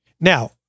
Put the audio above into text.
Now